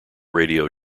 radio